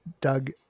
Doug